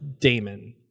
damon